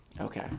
Okay